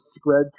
spread